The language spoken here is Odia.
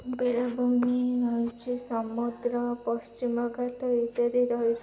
ବେଳାଭୂମି ରହିଛିି ସମୁଦ୍ର ପଶ୍ଚିମଘାତ ଇତ୍ୟାଦି ରହିଛିି